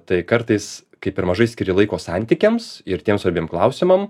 tai kartais kai per mažai skiri laiko santykiams ir tiem svarbiem klausimam